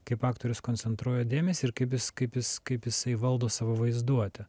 kaip aktorius koncentruoja dėmesį ir kaip jis kaip jis kaip jisai valdo savo vaizduotę